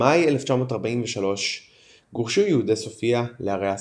במאי 1943 גורשו יהודי סופיה לערי השדה.